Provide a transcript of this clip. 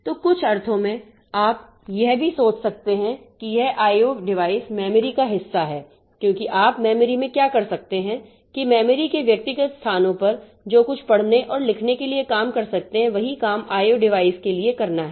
तो कुछ अर्थों में आप यह भी सोच सकते हैं कि यह आईओ डिवाइस मेमोरी का हिस्सा है क्योंकि आप मेमोरी में क्या कर सकते हैं कि मेमोरी के व्यक्तिगत स्थानों पर जो कुछ पढ़ने और लिखने के लिए काम कर सकते हैं वही काम आईओ डिवाइस के लिए करना है